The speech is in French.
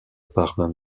parvint